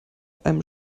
einem